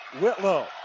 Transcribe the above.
Whitlow